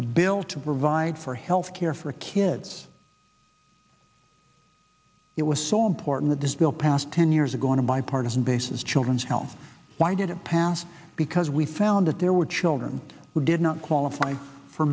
a bill to provide for health care for kids it was so important that this bill passed ten years ago on a bipartisan basis children's health why did it pass because we found that there were children who did not qualify for